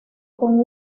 con